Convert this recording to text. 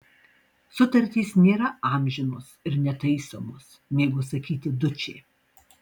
sutartys nėra amžinos ir netaisomos mėgo sakyti dučė